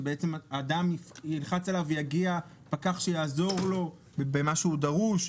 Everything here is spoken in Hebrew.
שאדם ילחץ עליו ויגיע פקח שיעזור לו במה שנדרש,